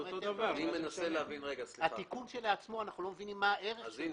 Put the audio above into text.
אנחנו לא מבינים מה הערך של התיקון.